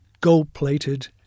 gold-plated